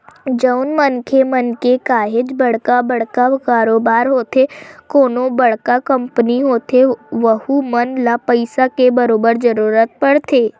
जउन मनखे मन के काहेक बड़का बड़का कारोबार होथे कोनो बड़का कंपनी होथे वहूँ मन ल पइसा के बरोबर जरूरत परथे